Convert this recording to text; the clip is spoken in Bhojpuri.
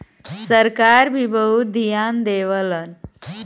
सरकार भी बहुत धियान देवलन